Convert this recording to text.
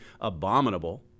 abominable